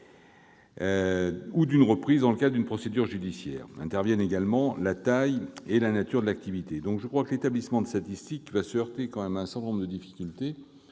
-, d'une reprise dans le cadre d'une procédure judiciaire. Interviennent également la taille et la nature de l'activité. Je crois par conséquent que l'établissement de statistiques est appelé à se heurter à un certain nombre de difficultés,